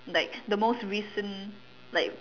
like the most recent like